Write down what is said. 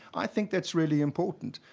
i think that's really important.